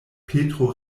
petro